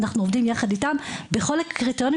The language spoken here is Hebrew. אנחנו עובדים יחד איתם בכל הקריטריונים